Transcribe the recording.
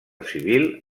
civil